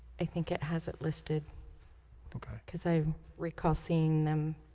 i think it has it listed okay, because i recall seeing them